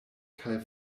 kaj